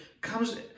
comes